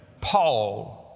Paul